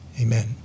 Amen